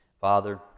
Father